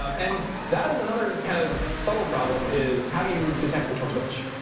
um and that is another kind of subtle problem is how do you detect which one's which?